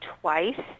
twice